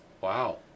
Wow